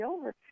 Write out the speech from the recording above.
over